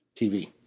TV